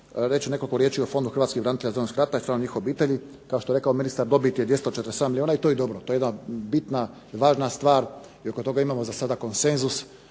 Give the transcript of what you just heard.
Reći ću nekoliko riječi o Fondu hrvatskih branitelja iz Domovinskog rata i članova njihovih obitelji. Kao što je rekao ministar dobit je 247 milijuna i to je dobro. To je jedna bitna i važna stvar i oko toga imamo za sada konsenzus,